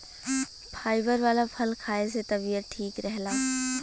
fibre वाला फल खाए से तबियत ठीक रहला